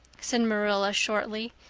said marilla shortly.